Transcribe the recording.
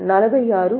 67 శాతం